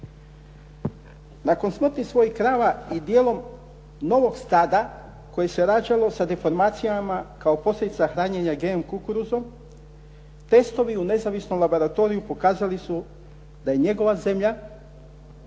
Nakon ... krava i dijelom novog stada koje se rađalo sa deformacijama kao posljedica hranjenja GMO kukuruzom, testovi u nezavisnom laboratoriju pokazali su da je njegova zemlja